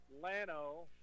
Lano